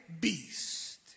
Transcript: beast